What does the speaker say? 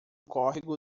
córrego